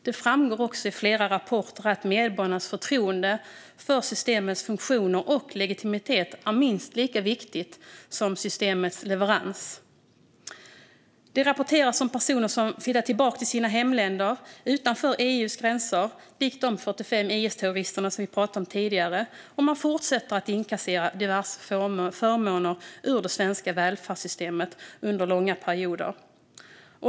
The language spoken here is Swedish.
Det framgår också i flera rapporter att medborgarnas förtroende för systemets funktioner och legitimitet är minst lika viktigt som systemets leverans. Det rapporteras om personer som flyttat tillbaka till sina hemländer utanför EU:s gränser, likt de 45 IS-terroristerna som vi talade om tidigare, och fortsätter att inkassera diverse förmåner ur det svenska välfärdssystemet under långa perioder.